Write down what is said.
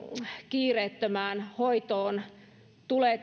kiireettömään hoitoon tulee